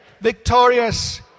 victorious